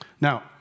Now